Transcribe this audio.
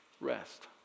Rest